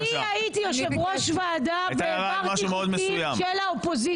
אני הייתי יושבת ראש ועדה והעברתי חוקים של האופוזיציה